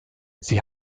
sie